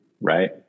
right